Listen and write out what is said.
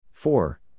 Four